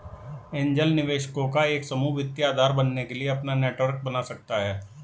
angel निवेशकों का एक समूह वित्तीय आधार बनने के लिए अपना नेटवर्क बना सकता हैं